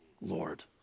Lord